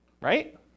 right